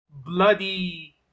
bloody